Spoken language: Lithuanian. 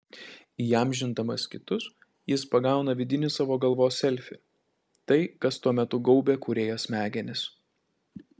įamžindamas kitus jis pagauna vidinį savo galvos selfį tai kas tuo metu gaubia kūrėjo smegenis